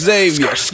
Xavier